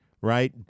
right